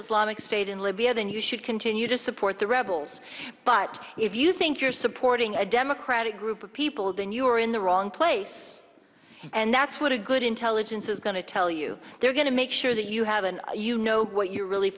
islamic state in libya then you should continue to support the rebels but if you think you're supporting a democratic group of people then you are in the wrong place and that's what a good intelligence is going to tell you they're going to make sure that you have an you know what you're really